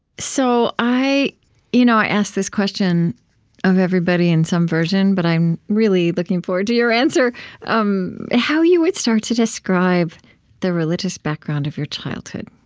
so i you know i ask this question of everybody, in some version, but i am really looking forward to your answer um how you would start to describe the religious background of your childhood?